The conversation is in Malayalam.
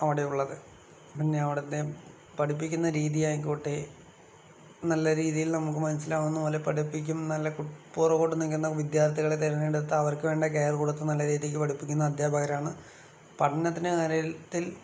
അവിടെയുള്ളത് പിന്നെ അവിടുത്തെ പഠിപ്പിക്കുന്ന രീതി ആയിക്കോട്ടെ നല്ല രീതിയിൽ നമുക്ക് മനസ്സിലാകുന്ന പോലെ പഠിപ്പിക്കും നല്ല കു പുറകോട്ട് നിൽക്കുന്ന വിദ്യാർത്ഥികളെ തിരഞ്ഞെടുത്ത അവർക്ക് വേണ്ട കെയർ കൊടുത്ത് നല്ല രീതിക്ക് പഠിപ്പിക്കുന്ന അധ്യാപകരാണ് പഠനത്തിന്റെ കാര്യത്തിൽ